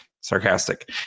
sarcastic